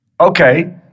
Okay